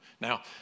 Now